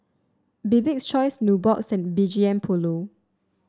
Bibik's Choice Nubox and B G M Polo